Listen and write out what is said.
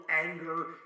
anger